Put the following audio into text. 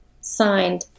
signed